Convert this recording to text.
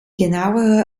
genauere